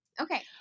okay